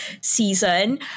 season